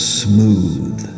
smooth